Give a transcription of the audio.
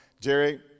Jerry